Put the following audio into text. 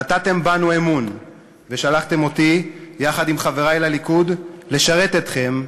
נתתם בנו אמון ושלחתם אותי יחד עם חברי לליכוד לשרת אתכם,